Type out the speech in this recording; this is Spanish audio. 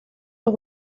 los